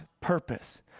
purpose